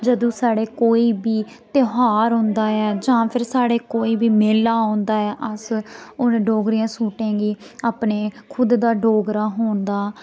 जदूं साढ़े कोई बी तेहार औंदा ऐ जां फिर साढ़े कोई बी मेला औंदा ऐ अस उ'नें डोगरे सूटें गी अपने खुद दा डोगरा होन दा